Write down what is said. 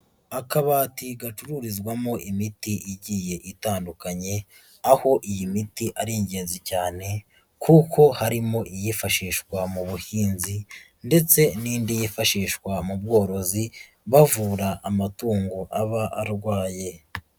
Akabati gacururizwamo imiti igiye itandukanye, aho iyi miti ari ingenzi cyane kuko harimo iyifashishwa mu buhinzi ndetse n'indi yifashishwa mu bworozi, bavura amatungo aba arwaye.